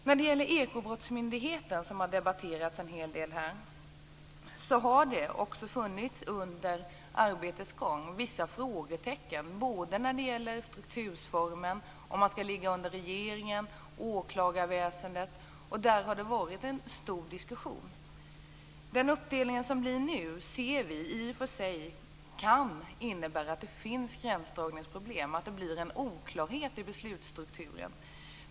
När det gäller Ekobrottsmyndigheten, som har debatterats en hel del här, har det under arbetets gång funnits vissa frågetecken om strukturformen, om den skulle ligga under regeringen eller åklagarväsendet. Det har varit en stor diskussion om det. Den här uppdelningen kan i och för sig innebära att det blir gränsdragningsproblem, en oklarhet i beslutsstrukturen.